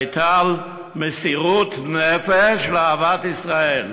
הייתה על מסירות נפש ואהבת ישראל,